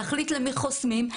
להחליט למי חוסמים.